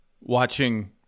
watching